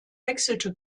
wechselte